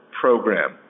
program